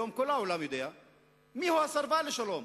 היום כל העולם יודע מיהו הסרבן לשלום.